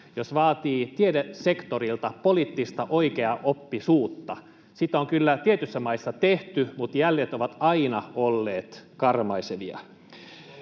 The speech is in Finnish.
jos vaatii tiedesektorilta poliittista oikeaoppisuutta. Sitä on kyllä tietyissä maissa tehty, mutta jäljet ovat aina olleet karmaisevia.